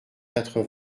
quatre